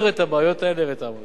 אין בשום מקום בעולם,